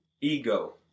Ego